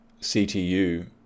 CTU